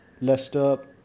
Leicester